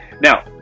now